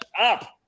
up